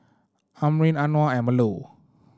Amrin Anuar and Melur